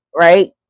right